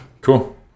Cool